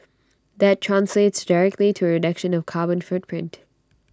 that translates directly to A reduction of carbon footprint